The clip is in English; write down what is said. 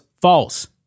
false